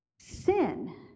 sin